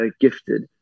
gifted